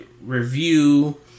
review